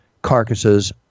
carcasses